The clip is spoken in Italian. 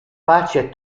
pace